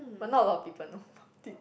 but not a lot of people know about it